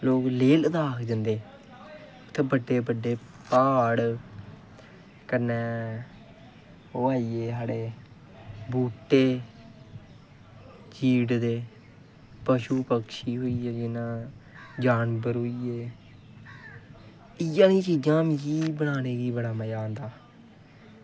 जि'यां लेह लदाख जंदे उत्थै बड्डे बड्डे प्हाड़ कन्नै ओह् आइये साढ़े बूह्टे चीड़ दे पशु पक्षी होइये जि'यां जानवर होइये इ'यै जेहियां चीजां मिगी बनाने गी बड़ा मजा आंदा